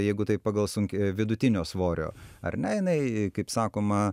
jeigu tai pagal sunį vidutinio svorio ar ne jinai kaip sakoma